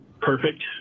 perfect